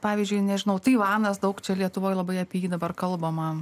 pavyzdžiui nežinau taivanas daug čia lietuvoje labai apie jį dabar kalbama